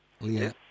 Yes